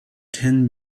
ten